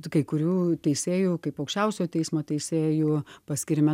kai kurių teisėjų kaip aukščiausiojo teismo teisėjų paskyrime